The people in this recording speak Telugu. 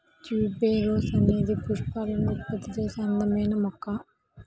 ట్యూబెరోస్ అనేది పుష్పాలను ఉత్పత్తి చేసే అందమైన మొక్క